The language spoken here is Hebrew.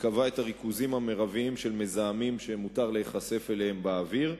שקבעה את הריכוזים המרביים של מזהמים שמותר להיחשף אליהם באוויר,